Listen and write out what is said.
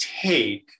take